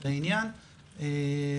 זהו,